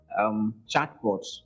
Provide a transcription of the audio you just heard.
chatbots